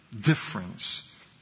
difference